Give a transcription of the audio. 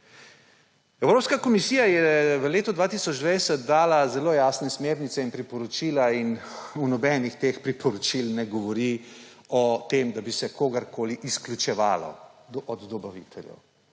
Evropska komisija je v letu 2020 dala zelo jasne smernice in priporočila. In nobeno od teh priporočil ne govori o tem, da bi se kogarkoli od dobaviteljev